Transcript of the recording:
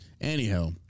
Anyhow